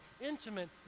intimate